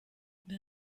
wer